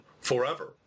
forever